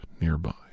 nearby